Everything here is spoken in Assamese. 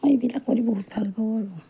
সেইবিলাক কৰি বহুত ভালপাওঁ আৰু